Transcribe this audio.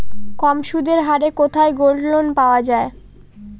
কম সুদের হারে কোথায় গোল্ডলোন পাওয়া য়ায়?